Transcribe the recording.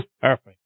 perfect